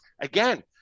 Again